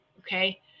okay